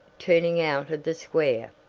turning out of the square.